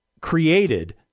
created